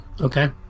okay